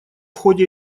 ходе